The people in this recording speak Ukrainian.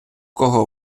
кого